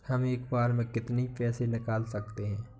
हम एक बार में कितनी पैसे निकाल सकते हैं?